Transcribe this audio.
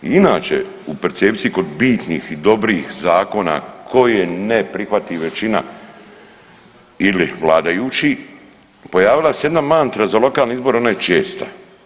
I inače u percepciji kod bitnih i dobrih zakona koje ne prihvati većina ili vladajući pojavila se jedna mantra za lokalne izbore, ona je česta.